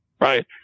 right